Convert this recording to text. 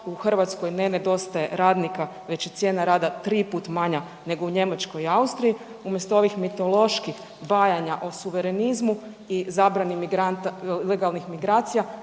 u Hrvatskoj, ne nedostaje radnika već je cijena rada 3 puta manja nego u Njemačkoj i Austriji. Umjesto ovih mitoloških bajanja o suverenizmu i zabrani legalnih migracija,